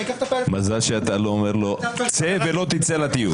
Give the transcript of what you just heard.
מזל שאתה לא אומר לו: צא ולא תצא לטיול.